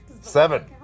seven